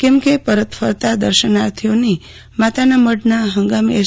કેમ કે પરત ફરતા દર્શનાર્થીઓની માતાના મઢના ફંગામી એસ